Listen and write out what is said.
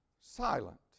silent